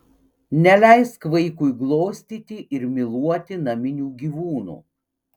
neleisk vaikui glostyti ir myluoti naminių gyvūnų